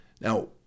Now